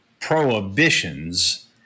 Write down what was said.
prohibitions